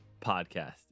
Podcast